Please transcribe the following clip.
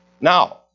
Now